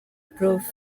prof